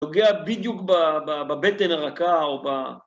פוגע בדיוק בבטן הרכה, או ב...